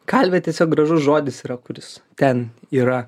kalvė tiesiog gražus žodis yra kuris ten yra